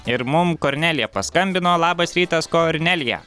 ir mum kornelija paskambino labas rytas kornelija